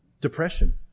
Depression